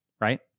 Right